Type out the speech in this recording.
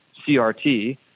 CRT